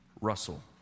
Russell